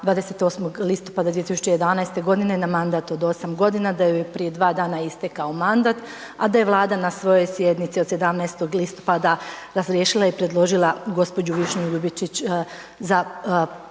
28. listopada 2011.g. na mandat od 8.g., da joj je prije 2 dana istekao mandat, a da je Vlada na svojoj sjednici od 17. listopada razriješila je i predložila gđu. Višnju Ljubičić za